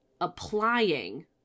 applying